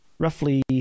Roughly